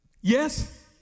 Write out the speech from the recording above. Yes